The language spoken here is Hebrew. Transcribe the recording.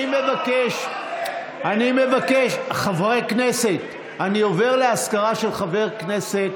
אני מבקש, אני עובר לאזכרה של חבר כנסת